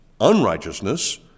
unrighteousness